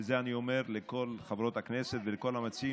ואת זה אני אומר לכל חברות הכנסת ולכל המציעים,